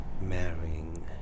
marrying